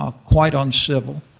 ah quite uncivil.